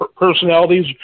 personalities